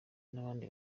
n’abandi